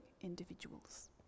individuals